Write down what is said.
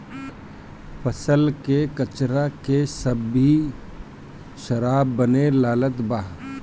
फसल के कचरा से भी शराब बने लागल बा